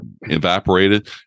evaporated